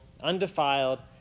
undefiled